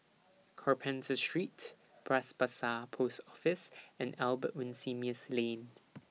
Carpenter Street Bras Basah Post Office and Albert Winsemius Lane